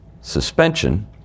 suspension